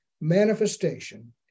manifestation